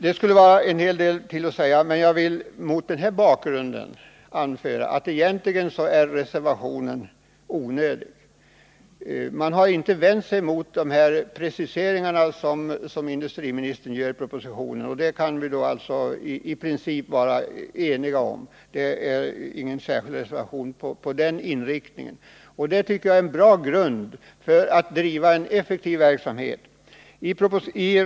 Det skulle vara en hel del mer att säga, men jag vill redan mot den här bakgrunden anföra att reservationen egentligen är onödig. Reservanterna har inte vänt sig mot de preciseringar som industriministern gör i propositionen. Eftersom det inte finns någon reservation i fråga om den inriktningen kan vi därför i princip vara eniga därvidlag, och jag tycker detta är en bra grund för att bedriva effektiv verksamhet.